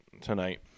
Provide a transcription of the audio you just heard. tonight